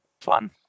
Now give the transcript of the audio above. Fun